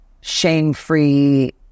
shame-free